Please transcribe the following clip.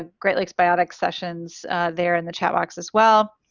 ah great lakes biotic sessions there in the chat box as well,